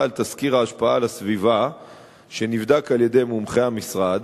על תסקיר ההשפעה על הסביבה שנבדק על-ידי מומחי המשרד,